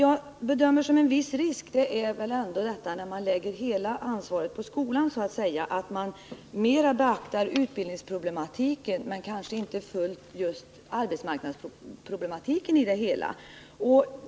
Jag bedömer att det finns en viss risk för att man, när man lägger hela ansvaret för den företagsförlagda utbildningen på skolan, lägger tyngdpunkten vid utbildningsproblematiken och att man inte i lika stor utsträckning beaktar arbetsmarknadsproblematiken i det här sammanhanget.